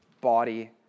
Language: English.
body